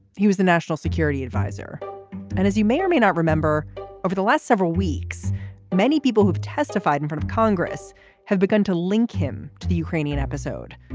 he was the national security adviser and as you may or may not remember over the last several weeks many people who've testified in front of congress have begun to link him to the ukrainian episode.